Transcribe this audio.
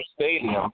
Stadium